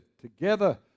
Together